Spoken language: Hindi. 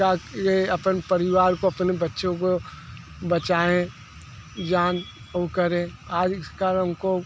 ये अपन परिवार को अपने बच्चों को बचाएँ जान ओ करें आज इस कारण हमको